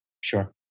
Sure